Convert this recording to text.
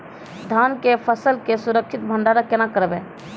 धान के फसल के सुरक्षित भंडारण केना करबै?